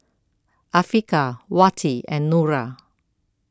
Afiqah Wati and Nura